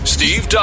Steve